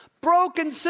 broken